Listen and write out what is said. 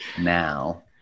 now